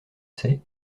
sait